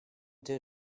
due